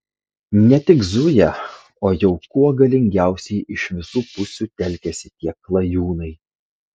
ne tik zuja o jau kuo galingiausiai iš visų pusių telkiasi tie klajūnai